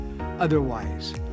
otherwise